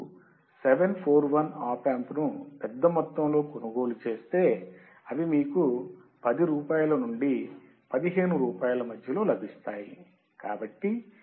మీరు 741 op amp ను పెద్దమొత్తంలో కొనుగోలు చేస్తే అవి మీకు 10 రూపాయల నుండి 15 రూపాయల మధ్యలో లభిస్తాయి